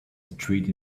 street